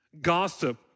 Gossip